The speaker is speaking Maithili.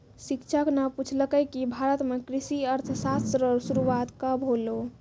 शिक्षक न पूछलकै कि भारत म कृषि अर्थशास्त्र रो शुरूआत कब होलौ